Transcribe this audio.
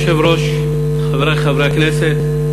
אדוני היושב-ראש, חברי חברי הכנסת,